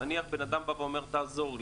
נניח אדם בא ואומר: תעזור לי,